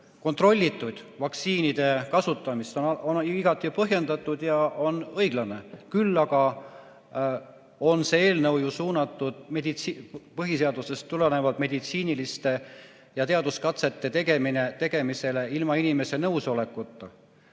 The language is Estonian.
kontrollitud vaktsiinide kasutamist, on igati põhjendatud ja õiglane. Küll aga on see eelnõu ju suunatud põhiseadusest tulenevalt meditsiiniliste ja teaduskatsete tegemisele ilma inimese nõusolekuta.